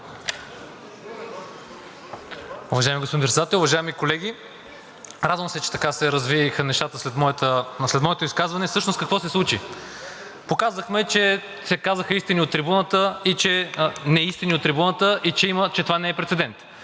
Уважаеми господин Председател, уважаеми колеги! Радвам се, че така се развиха нещата. След моето изказване всъщност какво се случи? Показахме, че се казаха неистини от трибуната и че това не е прецедент.